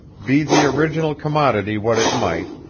be the original commodity what it might,